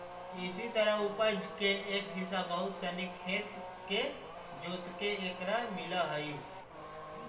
इसी तरह उपज के एक हिस्सा बहुत सनी खेत के जोतके एकरा मिलऽ हइ